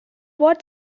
what